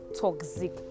toxic